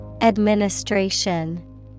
Administration